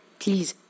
please